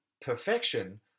perfection